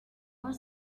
are